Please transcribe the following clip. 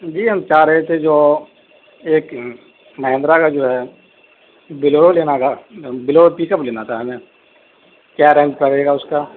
جی ہم چاہ رہے تھے جو ایک مہندرا کا جو ہے بلورو لینا تھا بلورو پکپ لینا تھا ہمیں کیا رینج کا رہے گا اس کا